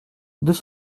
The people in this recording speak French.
deux